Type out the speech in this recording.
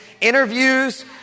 interviews